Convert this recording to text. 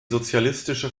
sozialistische